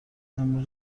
امروز